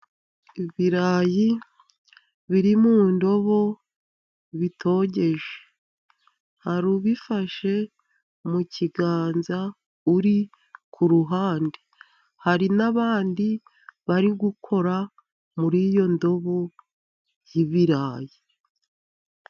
Ibirayi biri mu ndobo bitogeje. Hari ubifashe mu kiganza uri ku ruhande. Hari n'abandi bari gukora muri iyo ndobo y'ibirayi.